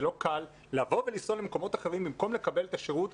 זה לא קל ולנסוע למקומות אחרים במקום לקבל את השירות.